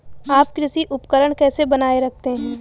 आप कृषि उपकरण कैसे बनाए रखते हैं?